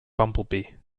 bumblebee